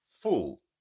full